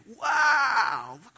Wow